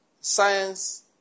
science